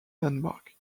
landmark